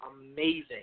amazing